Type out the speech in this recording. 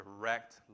direct